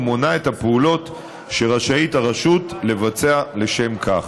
ומונה את הפעולות שרשאית הרשות לבצע לשם כך.